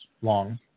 long